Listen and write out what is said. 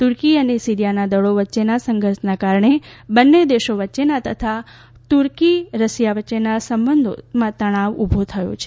તુર્કી અને સિરીયાના દળો વચ્ચેના સંઘર્ષના કારણે બંને દેશો વચ્ચેના તથા તુર્કી અને રશિયા વચ્ચેના સંબંધો તણાવ ઊભો થયો છે